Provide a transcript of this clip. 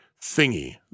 thingy